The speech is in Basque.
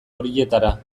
horietara